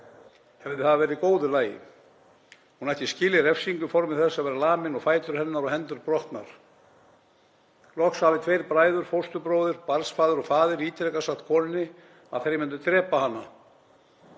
hefði það verið í góðu lagi. Hún ætti skilið refsingu í formi þess að vera lamin og fætur hennar og hendur brotnar. Loks hafi tveir bræður konunnar, fósturbróðir og barnsfaðir ítrekað sagt konunni að þeir myndu drepa hana